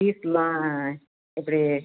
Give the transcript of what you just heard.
ஃபீஸ்லாம் எப்படி